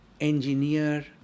engineer